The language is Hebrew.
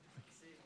בבקשה,